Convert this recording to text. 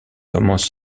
commence